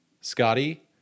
Scotty